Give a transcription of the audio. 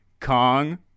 Kong